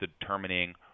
determining